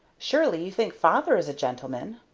surely you think father is a gentleman.